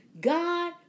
God